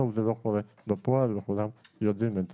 אלא שיקולים זרים של משרד החוץ ודברים כאלה ובעינינו